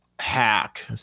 hack